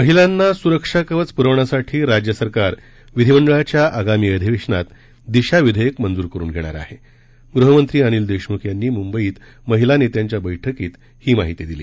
महिलांना सुरक्षा कवच पुरवण्यासाठी राज्य सरकार विधिमंडळाच्या आगामी अधिवध्यात दिशा विध्यक मंजूर करुन घणिर आह गृहमंत्री अनिल दक्षिमुख यांनी मुंबईत महिला नस्त्रिांच्या बैठकीत ही माहिती दिली